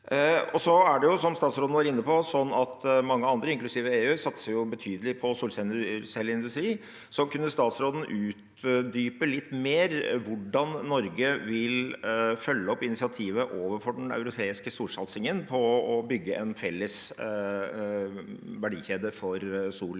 stengt ned. Som statsråden var inne på, er det mange andre, inklusiv EU, som satser betydelig på solcelleindustri. Kunne statsråden utdype litt mer om hvordan Norge vil følge opp initiativet overfor den europeiske solsatsingen på å bygge en felles verdikjede for sol